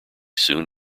soon